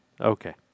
Okay